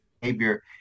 behavior